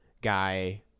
guy